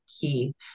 key